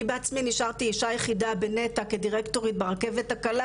אני בעצמי נשארתי אישה יחידה בנת"ע כדירקטורית ברכבת הקלה,